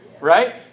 right